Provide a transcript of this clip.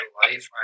life